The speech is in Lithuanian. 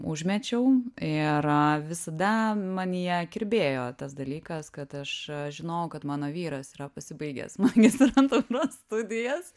užmečiau ir visada manyje kirbėjo tas dalykas kad aš žinojau kad mano vyras yra pasibaigęs magistrantūros studijas